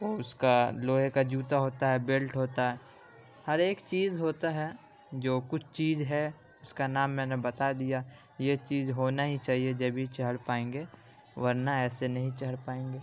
اور اس کا لوہے کا جوتا ہوتا ہے بیلٹ ہوتا ہر ایک چیز ہوتا ہے جو کچھ چیز ہے اس کا نام میں نے بتا دیا یہ چیز ہونا ہی چاہیے جب ہی چڑھ پائیں گے ورنہ ایسے نہیں چڑھ پائیں گے